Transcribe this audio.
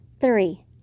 Three